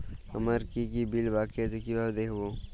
আমার কি কি বিল বাকী আছে কিভাবে দেখবো?